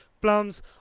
plums